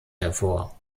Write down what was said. hervor